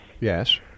Yes